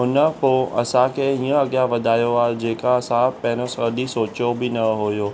उन पोइ असांखे हीअं अॻियां वधायो आहे जेका असां पहिरों सहुली सोचो बि न हुयो